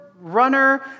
runner